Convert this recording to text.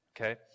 okay